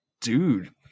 Dude